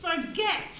forget